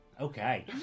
Okay